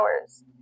hours